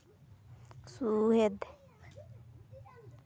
ᱥᱩᱦᱮᱫ